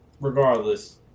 regardless